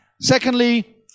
Secondly